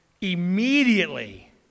immediately